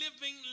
living